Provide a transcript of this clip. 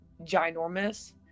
ginormous